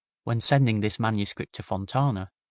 when sending this manuscript to fontana,